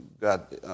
got